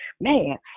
Man